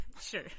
sure